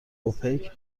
اوپک